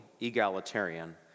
egalitarian